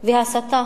וההסתה.